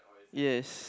yes